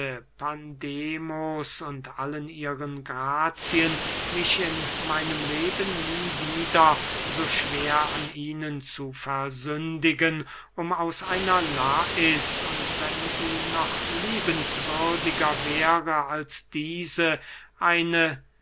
afrodite pandemos und allen ihren grazien mich in meinem leben nie wieder so schwer an ihnen zu versündigen um aus einer lais und wenn sie noch liebenswürdiger wäre als diese eine